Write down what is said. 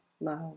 love